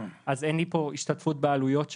אז אין לי פה השתתפות בעלויות שלו.